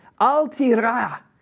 Al-tirah